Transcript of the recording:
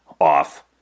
off